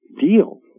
deal